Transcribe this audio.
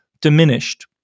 diminished